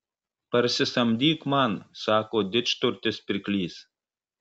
parsisamdyk man sako didžturtis pirklys